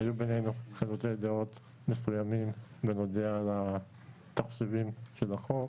היו בינינו חילוקי דעות מסוימים בנוגע לסעיפי החוק.